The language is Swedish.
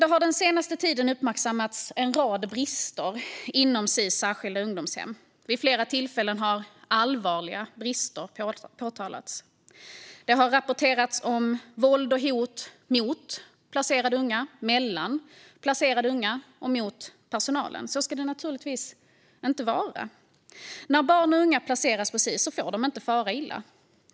Det har den senaste tiden uppmärksammats en rad brister inom Sis särskilda ungdomshem. Vid flera tillfällen har allvarliga brister påtalats. Det har rapporterats om våld och hot mot placerade unga, mellan placerade unga och mot personalen. Så ska det naturligtvis inte vara. När barn och unga placeras på Sis får de inte fara illa.